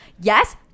Yes